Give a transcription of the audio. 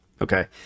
okay